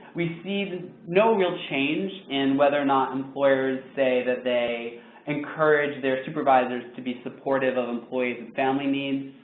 we see no real change in whether or not employers say that they encourage their supervisors to be supportive of employees and family needs.